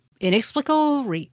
inexplicable